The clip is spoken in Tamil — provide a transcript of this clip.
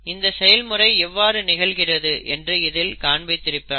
இந்த செயல்முறை எவ்வாறு நிகழ்கிறது என்று இதில் காண்பித்திருப்பார்கள்